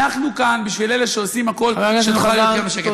אנחנו כאן בשביל אלה שעושים הכול כדי שאנחנו נחיה בשקט.